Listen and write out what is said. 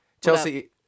Chelsea